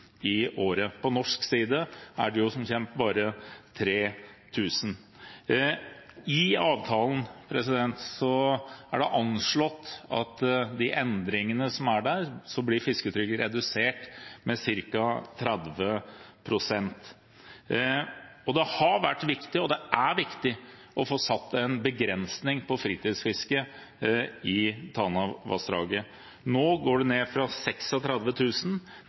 norsk side er det som kjent bare 3 000. I avtalen er det anslått at med de endringene som er der, blir fisketrykket redusert med ca. 30 pst. Det har vært viktig – og det er viktig – å få satt en begrensning på fritidsfisket i Tanavassdraget. Nå går det ned fra